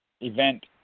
Event